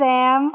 Sam